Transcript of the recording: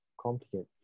complicated